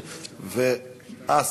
אחר כך,